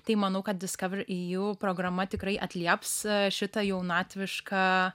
tai manau kad discovereu programa tikrai atlieps šitą jaunatvišką